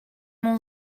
mon